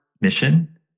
mission